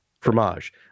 Fromage